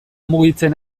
mugitzen